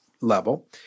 level